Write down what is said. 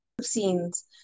scenes